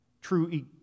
true